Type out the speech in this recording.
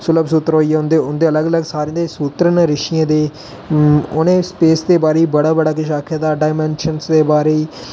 सुलब सूत्र होई गे उं'दे अलग अलग सारें दे सूत्र न ऋषिएं दे उ'नें स्पेस दे बारे च बड़ा बड़ा केश आक्खे दा डायमैनशज दे बारे च